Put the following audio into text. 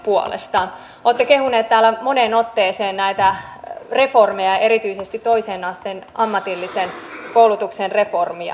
olette kehuneet täällä moneen otteeseen näitä reformeja erityisesti toisen asteen ammatillisen koulutuksen reformia